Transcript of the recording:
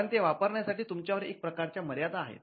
कारण ते वापरण्यासाठी तुमच्यावर एक प्रकारच्या मर्यादा आहेत